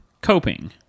coping